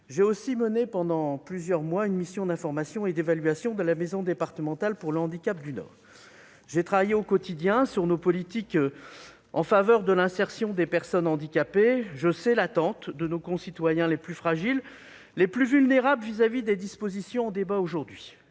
J'ai aussi mené pendant plusieurs mois une mission d'information et d'évaluation de la maison départementale des personnes handicapées du Nord. Ayant ainsi travaillé au quotidien sur nos politiques en faveur de l'insertion des personnes handicapées, je sais l'attente de nos concitoyens les plus fragiles et les plus vulnérables à l'égard des dispositions en débat aujourd'hui.